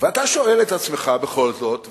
ואתה שואל את עצמך בכל זאת,